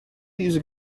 these